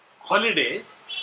holidays